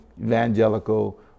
evangelical